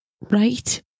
Right